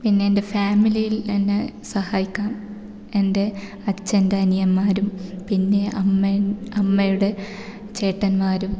പിന്നെ എൻ്റെ ഫാമിലിയിൽ എന്നെ സഹായിക്കാൻ എൻ്റെ അച്ഛൻ്റെ അനിയന്മാരും പിന്നെ അമ്മേ അമ്മയുടെ ചേട്ടന്മാരും